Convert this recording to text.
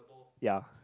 ya